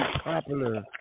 popular